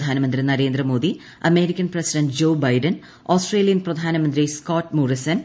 പ്രധാനമന്ത്രി Narendra Modi American president Joe Biden Australian പ്രധാനമന്ത്രി Scott Morrison